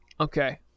Okay